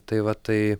tai va tai